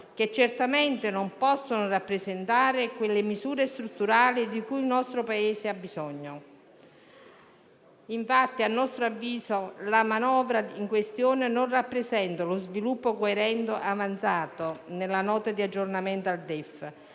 che certamente non possono rappresentare le misure strutturali di cui il nostro Paese ha bisogno. Infatti, a nostro avviso, la manovra in questione non rappresenta lo sviluppo coerentemente con quanto avanzato nella Nota di aggiornamento al DEF,